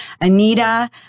Anita